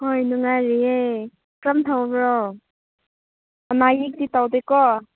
ꯍꯣꯏ ꯅꯨꯡꯉꯥꯏꯔꯤꯌꯦ ꯀꯔꯝꯇꯧꯕ꯭ꯔꯣ ꯑꯅꯥ ꯑꯌꯦꯛꯇꯤ ꯇꯧꯗꯦꯀꯣ